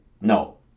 No